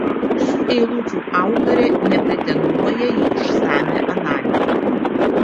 šių eilučių autorė nepretenduoja į išsamią analizę